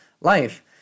life